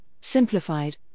simplified